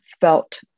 felt